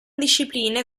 discipline